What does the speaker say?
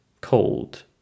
cold